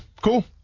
cool